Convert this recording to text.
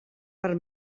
per